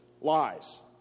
lies